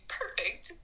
perfect